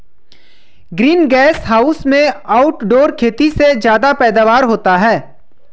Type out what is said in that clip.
green gas house में outdoor खेती से ज्यादा पैदावार होता है